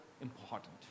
important